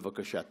בבקשה.